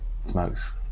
smokes